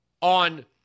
on